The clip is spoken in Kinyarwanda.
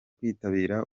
kwitabira